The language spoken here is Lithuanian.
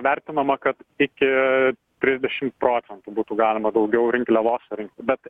vertinama kad iki trisdešim procentų būtų galima daugiau rinkliavos surinkti bet